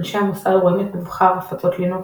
אנשי המוסד רואים את מבחר הפצות "לינוקס"